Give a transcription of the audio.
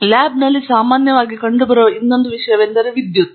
ಲ್ಯಾಬ್ನಲ್ಲಿ ಸಾಮಾನ್ಯವಾಗಿ ಕಂಡುಬರುವ ಇನ್ನೊಂದು ವಿಷಯವೆಂದರೆ ವಿದ್ಯುತ್